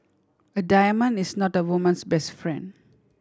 a diamond is not a woman's best friend